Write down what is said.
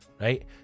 right